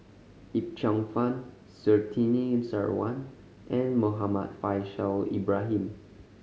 Yip Cheong Fun Surtini Sarwan and Muhammad Faishal Ibrahim